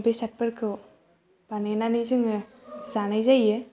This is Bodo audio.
बेसादफोरखौ बानायनानै जोङो जानाय जायो